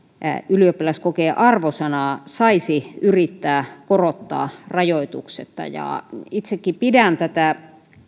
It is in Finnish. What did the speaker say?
ylioppilaskokeen arvosanaa saisi yrittää korottaa rajoituksetta itsekin pidän tätä